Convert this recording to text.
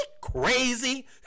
crazy